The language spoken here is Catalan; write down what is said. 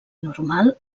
normal